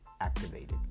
activated